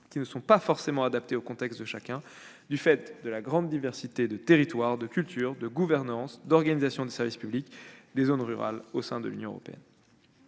qui ne sont pas forcément adaptées au contexte de chacun, du fait de la grande diversité de territoires, de cultures, de gouvernances, d'organisations des services publics des zones rurales au sein de l'Union européenne.